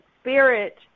spirit